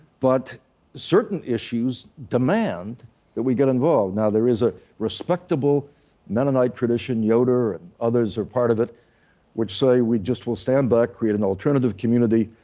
but certain issues demand that we get involved now there is a respectable mennonite tradition yoder, and others are part of it which say we just will stand back, create an alternative community,